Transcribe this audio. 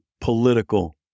political